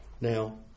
Now